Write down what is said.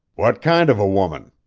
what kind of a woman?